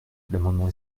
l’amendement